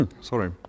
Sorry